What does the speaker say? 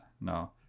no